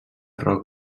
rock